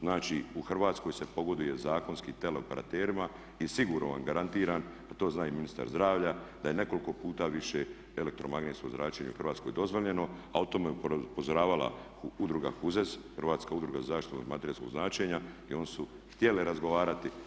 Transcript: Znači u Hrvatskoj se pogoduje zakonski tele operaterima i sigurno vam garantiram a to zna i ministar zdravlja, da je nekoliko puta više elektromagnetsko zračenje u Hrvatskoj dozvoljeno, a o tome je upozoravala udruga HUZEZ, Hrvatska udruga za zaštitu od elektromagnetskog zračenja i one su htjele razgovarati.